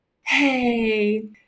Hey